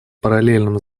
параллельным